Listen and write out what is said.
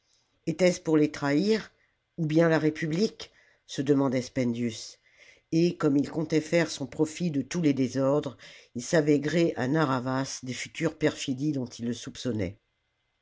etait-ce pour les trahir ou bien la république se demandait spendius et comme il comptait salammbo faire son profit de tous les désordres il savait gré à narr'havas des futures perfidies dont il le soupçonnait